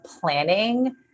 planning